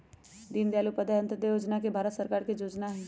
दीनदयाल उपाध्याय अंत्योदय जोजना भारत सरकार के जोजना हइ